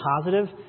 positive